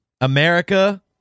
America